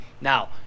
now